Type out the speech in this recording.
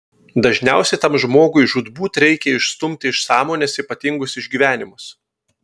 dažniausiai tam žmogui žūtbūt reikia išstumti iš sąmonės ypatingus išgyvenimus